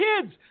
kids